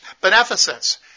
Beneficence